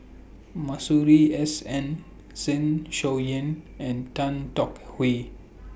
Masuri S N Zeng Shouyin and Tan Tong Hye